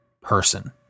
person